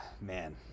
man